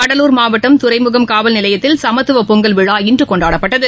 கடலூர் மாவட்டம் துறைமுககாவல்நிலையத்தில் சமத்துவபொங்கல் விழா இன்றுகொண்டாடப்பட்டது